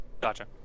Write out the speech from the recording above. Gotcha